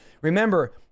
remember